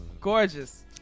Gorgeous